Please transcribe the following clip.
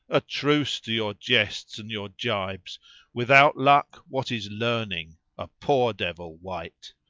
a truce to your jests and your gibes without luck what is learning a poor-devil wight!